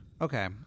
okay